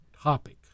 topic